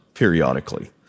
periodically